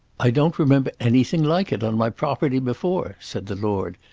i don't remember anything like it on my property before, said the lord,